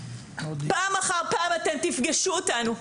פעם אחר פעם אתם תפגשו אותנו.